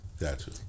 Gotcha